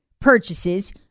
purchases